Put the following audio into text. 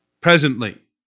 presently